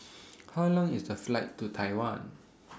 How Long IS The Flight to Taiwan